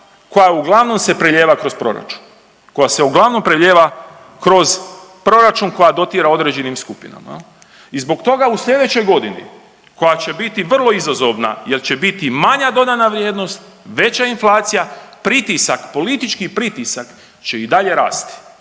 koja se uglavnom preljeva kroz proračun koja dotira određenim skupinama jel. I zbog toga u slijedećoj godini koja će biti vrlo izazovna jer će biti manja dodana vrijednost, veća inflacija, pritisak, politički pritisak će i dalje rasti.